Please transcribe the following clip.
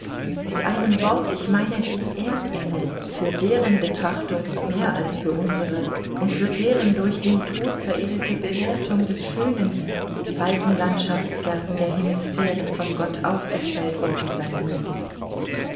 mit einem wort ich meine die erdengel für deren betrachtung mehr als für unsere und für deren durch den tod veredelte bewertung des schönen die weiten landschaftsgärten der hemisphären von gott aufgestellt worden sein mögen